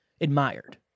admired